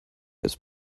ice